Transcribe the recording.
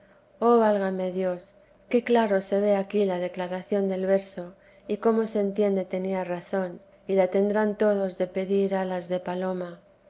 oh válame dios qué claro se ve aquí la declaración del verso y cómo se entiende tenía razón y la ternán todos de pedir alas de paloma